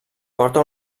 porta